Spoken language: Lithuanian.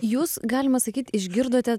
jūs galima sakyt išgirdote